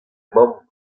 mamm